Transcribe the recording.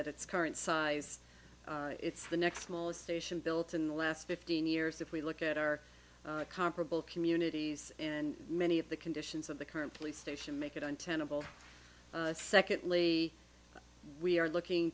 at its current size it's the next smallest station built in the last fifteen years if we look at our comparable communities and many of the conditions of the current police station make it untenable secondly we are looking